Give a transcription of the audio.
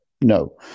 No